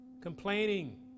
complaining